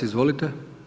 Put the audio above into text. Izvolite.